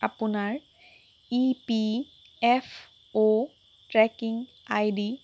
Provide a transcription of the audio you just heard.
আপোনাৰ E P F O tracking ID